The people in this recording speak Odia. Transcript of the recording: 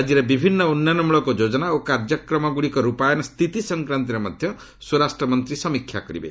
ରାଜ୍ୟରେ ବିଭିନ୍ନ ଉନ୍ନୟନମୂଳକ ଯୋଜନା ଓ କାର୍ଯ୍ୟକ୍ରମଗୁଡ଼ିକର ରୂପାୟନ ସ୍ଥିତି ସଂକ୍ରାନ୍ତରେ ମଧ୍ୟ ସ୍ୱରାଷ୍ଟ୍ରମନ୍ତ୍ରୀ ସମୀକ୍ଷା କରିବେ